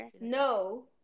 No